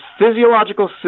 physiological